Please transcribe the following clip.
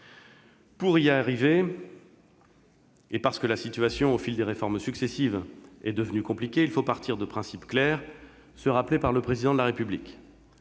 Pour y parvenir, et parce que la situation, au fil de réformes successives, est devenue compliquée, il faut partir de principes clairs, ceux que le Président de la République